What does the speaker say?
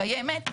הקיימת,